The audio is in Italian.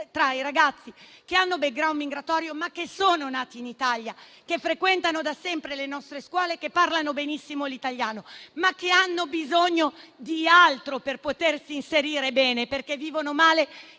dei ragazzi che hanno *background* migratorio ma che sono nati in Italia, che frequentano da sempre le nostre scuole, che parlano benissimo l'italiano ma che hanno bisogno di altro per potersi inserire bene, perché vivono male